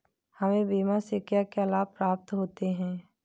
हमें बीमा से क्या क्या लाभ प्राप्त होते हैं?